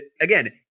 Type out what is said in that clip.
again